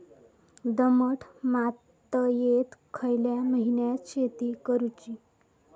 दमट मातयेत खयल्या महिन्यात शेती करुची?